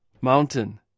Mountain